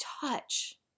touch